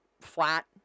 flat